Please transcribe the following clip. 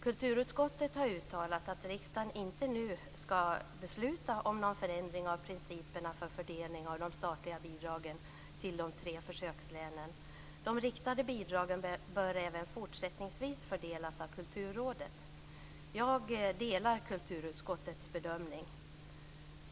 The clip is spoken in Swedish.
Kulturutskottet har uttalat att riksdagen inte nu skall besluta om någon förändring av principerna för fördelning av de statliga bidragen till de tre försökslänen och att de riktade bidragen även fortsättningsvis bör fördelas av Kulturrådet. Jag delar kulturutskottets bedömning.